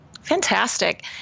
Fantastic